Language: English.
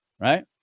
right